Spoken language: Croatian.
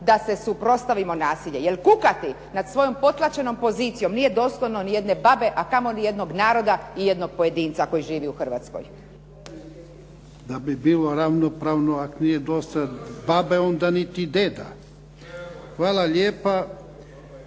Da se suprotstavimo nasilju. Jer kukati nad svojom potlačenom pozicijom nije dostojno ni jedne babe a kamo li jednog naroda i jednog pojedinca koji živi u Hrvatskoj. **Jarnjak, Ivan (HDZ)** Da bi bilo ravnopravno ako nije dosta babe onda niti deda. Hvala lijepa.